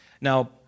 Now